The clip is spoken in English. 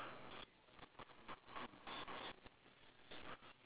then the potatoes yours uh your